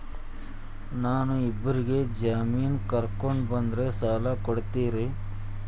ನಾ ಇಬ್ಬರಿಗೆ ಜಾಮಿನ್ ಕರ್ಕೊಂಡ್ ಬಂದ್ರ ಸಾಲ ಕೊಡ್ತೇರಿ?